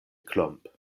klomp